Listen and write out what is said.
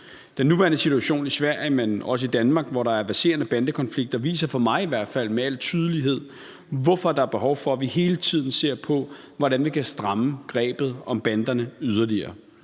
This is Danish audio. Den nuværende situation i Sverige, men også i Danmark, hvor der er verserende bandekonflikter, viser for mig i hvert fald med al tydelighed, hvorfor der er behov for, at vi hele tiden ser på, hvordan vi kan stramme grebet om banderne yderligere.